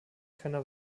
keiner